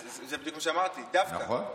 זה בדיוק מה שאמרתי: דווקא.